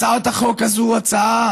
הצעת החוק הזאת היא הצעה